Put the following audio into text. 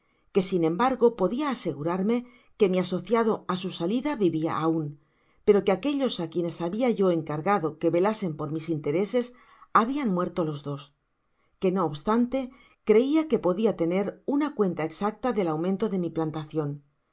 que sin embargo podia asegurarme que mi asociado á su salida vivia aun pero que aquellos á quienes habia yo encargado que velasen por mis intereses habian muerto los dos que no obstante creia que podia tener una cuenta exacta del aumento de mi plantacion